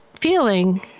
feeling